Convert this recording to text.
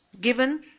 given